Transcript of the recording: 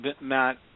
Matt